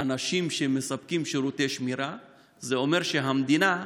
אנשים שמספקים שירותי שמירה היא שהמדינה,